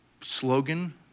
slogan